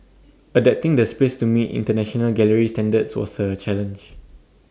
adapting the space to meet International gallery standards was A challenge